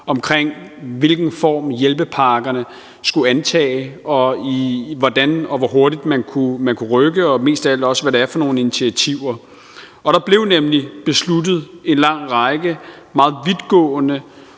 om, hvilken form hjælpepakkerne skulle antage, og hvordan og hvor hurtigt man kunne rykke, og mest af alt også hvad det er for nogle initiativer. Der blev nemlig besluttet en lang række meget vidtgående